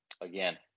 again